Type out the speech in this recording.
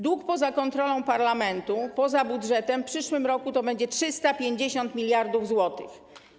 Dług poza kontrolą parlamentu, poza budżetem - w przyszłym roku to będzie 350 mld zł.